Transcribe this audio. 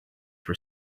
were